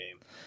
game